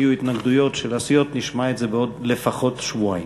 אם יהיו התנגדויות של הסיעות נשמע את זה בעוד לפחות שבועיים.